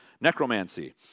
necromancy